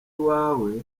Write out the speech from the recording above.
iwawe